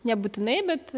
nebūtinai bet